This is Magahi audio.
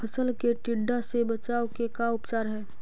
फ़सल के टिड्डा से बचाव के का उपचार है?